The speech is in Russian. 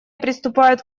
приступает